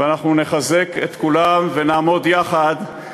ועוד דבר אחרון לקראת